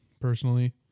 personally